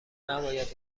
نباید